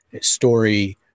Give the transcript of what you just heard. story